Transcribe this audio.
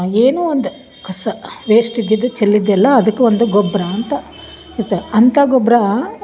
ಏನು ಒಂದು ಕಸ ವೇಸ್ಟ್ ಇದ್ದಿದ್ದು ಚೆಲ್ಲಿದೆಲ್ಲ ಅದಕ್ಕೆ ಒಂದು ಗೊಬ್ಬರ ಅಂತ ಇತ್ತು ಅಂತ ಗೊಬ್ಬರ